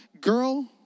Girl